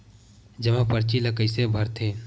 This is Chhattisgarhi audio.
जमा परची ल कइसे भरथे?